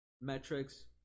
metrics